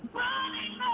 running